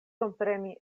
kompreni